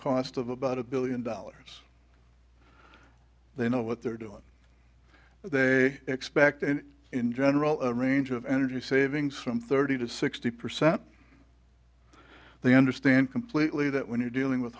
cost of about a billion dollars they know what they're doing they expect and in general a range of energy savings from thirty to sixty percent they understand completely that when you're dealing with